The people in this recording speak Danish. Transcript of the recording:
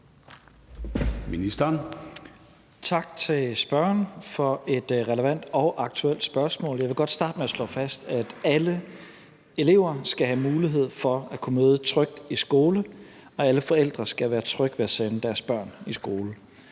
Tak til spørgeren for et relevant og aktuelt spørgsmål. Jeg vil godt starte med at slå fast, at alle elever skal have mulighed for at kunne møde trygt i skole, og alle forældre skal være trygge ved at sende deres børn i skole.